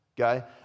Okay